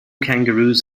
kangaroos